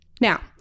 now